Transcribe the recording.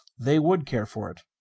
they would care for it.